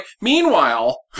Meanwhile